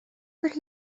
could